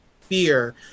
fear